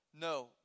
No